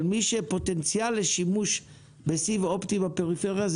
מי שפוטנציאל לשימוש בסיב אופטי בפריפריה,